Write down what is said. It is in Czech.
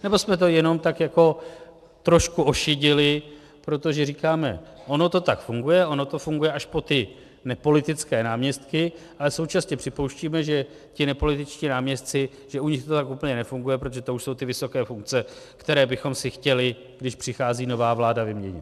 Nebo jsme to jenom tak jako trošku ošidili, protože říkáme, ono to tak funguje, ono to funguje až po ty nepolitické náměstky, ale současně připouštíme, že ti nepolitičtí náměstci, že u nich to tak úplně nefunguje, protože to už jsou ty vysoké funkce, které bychom si chtěli, když přichází nová vláda, vyměnit.